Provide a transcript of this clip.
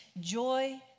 Joy